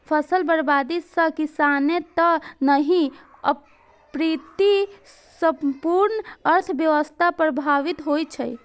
फसल बर्बादी सं किसाने टा नहि, अपितु संपूर्ण अर्थव्यवस्था प्रभावित होइ छै